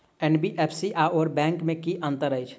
NBFC आओर bank मे की अंतर अछि?